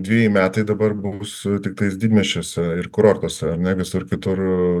dveji metai dabar bus tiktais didmiesčiuose ir kurortuose ar ne visur kitur